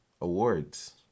awards